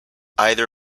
either